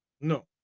No